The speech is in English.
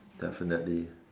definitely